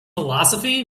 philosophy